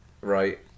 Right